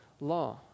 law